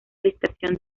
ilustración